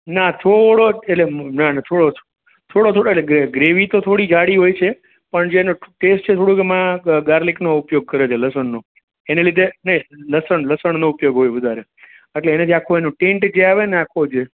ના થોડોક એટલે ના ના થોડો થોડો થોડો એટલે ગ્રેવિ તો થોડી જાડી હોય છે પણ જે એનો ટેસ્ટ છે થોડુંક એમાં ગાર્લિકનો ઉપયોગ કરે છે લસણનો એને લીધે નય લસણ લસણનો ઉપયોગ હોય વધારે એટલે એને જે અખો ટીન્ટ જે આવે ને આખો જે